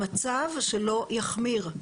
המצב שלו יחמיר,